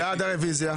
בעד הרוויזיה.